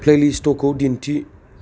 प्लेलिस्टखौ दिन्थि